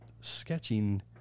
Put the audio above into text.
sketching